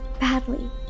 badly